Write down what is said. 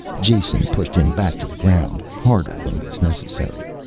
jason pushed him back to the ground harder than was necessary.